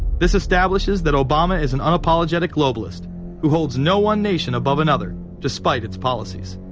this establishes that obama is an unapologetic globalist who holds no one nation above another despite its policies.